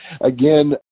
again